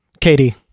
Katie